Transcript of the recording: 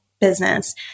business